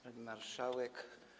Pani Marszałek!